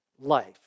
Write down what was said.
life